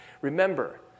Remember